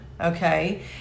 okay